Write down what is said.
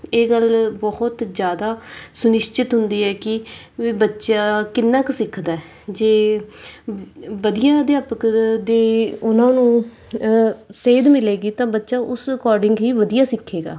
ਇਹ ਗੱਲ ਬਹੁਤ ਜ਼ਿਆਦਾ ਸੁਨਿਸ਼ਚਿਤ ਹੁੰਦੀ ਹੈ ਕਿ ਵੀ ਬੱਚਾ ਕਿੰਨਾ ਕੁ ਸਿੱਖਦਾ ਜੇ ਵਧੀਆ ਅਧਿਆਪਕ ਦੀ ਉਹਨਾਂ ਨੂੰ ਸੇਧ ਮਿਲੇਗੀ ਤਾਂ ਬੱਚਾ ਉਸ ਅਕੋਰਡਿੰਗ ਹੀ ਵਧੀਆ ਸਿੱਖੇਗਾ